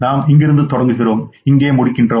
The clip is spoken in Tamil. நாம் இங்கிருந்து தொடங்குகிறோம் நாம் இங்கே முடிக்கிறோம்